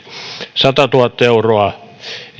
satatuhatta euroa